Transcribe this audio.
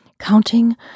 Counting